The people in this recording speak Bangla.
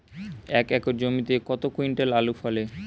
এক একর জমিতে কত কুইন্টাল আলু ফলে?